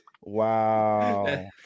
wow